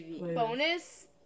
bonus